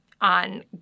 on